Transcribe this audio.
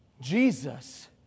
Jesus